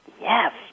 Yes